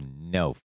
no